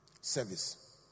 Service